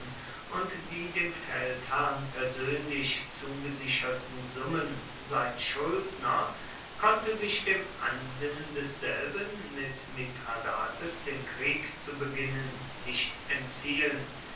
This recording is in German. und die dem feldherrn persönlich zugesicherten summen sein schuldner konnte sich dem ansinnen desselben mit mithradates den krieg zu beginnen nicht entziehen